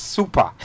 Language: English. Super